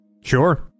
Sure